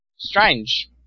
strange